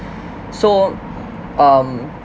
so um